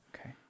Okay